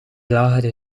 lagere